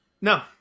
No